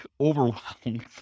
overwhelmed